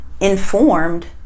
informed